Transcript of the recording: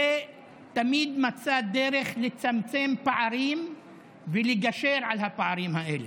ותמיד מצא דרך לצמצם פערים ולגשר על הפערים האלה.